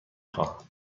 خواهم